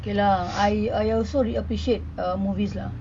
okay lah I I also re~ appreciate uh movies lah